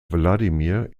wladimir